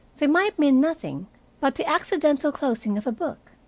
they might mean nothing but the accidental closing of a book,